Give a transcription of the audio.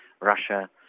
Russia